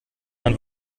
man